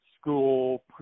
school